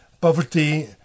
poverty